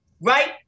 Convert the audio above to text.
Right